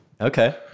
Okay